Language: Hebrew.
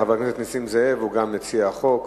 חבר הכנסת נסים זאב: הוא גם מציע החוק,